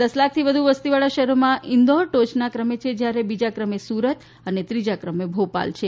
દસ લાખથી વધુ વસતીવાળા શહેરોમાં ઈન્દોર ટોચનાં ક્રમે છે જયારે બીજા ક્રમે સુરત અને ત્રીજા ક્રમે ભોપાલ છે